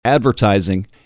Advertising